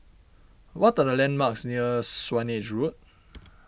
what are the landmarks near Swanage Road